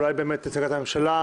אולי נציגת הממשלה,